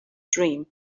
dream